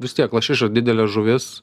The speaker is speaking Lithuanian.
vis tiek lašiša didelė žuvis